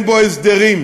ואין בו הסדרים.